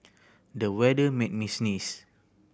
the weather made me sneeze